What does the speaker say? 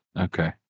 Okay